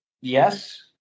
yes